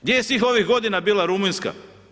Gdje je svih ovih godina bila Rumunjska?